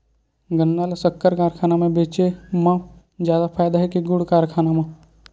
गन्ना ल शक्कर कारखाना म बेचे म जादा फ़ायदा हे के गुण कारखाना म?